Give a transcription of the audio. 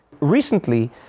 Recently